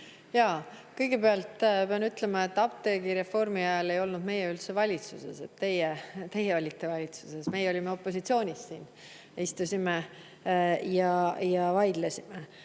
palun! Kõigepealt pean ütlema, et apteegireformi ajal ei olnud meie üldse valitsuses. Teie olite valitsuses, meie olime opositsioonis, istusime siin ja vaidlesime.